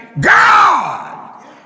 God